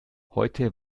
heute